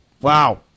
Wow